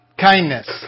kindness